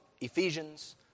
Ephesians